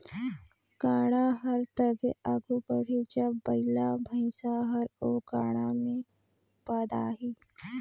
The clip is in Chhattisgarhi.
गाड़ा हर तबे आघु बढ़ही जब बइला भइसा हर ओ गाड़ा मे फदाही